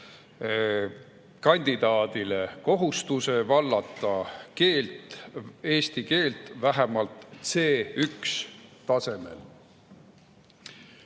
kandidaadile kohustus vallata eesti keelt vähemalt C1‑tasemel.